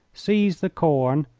seize the corn,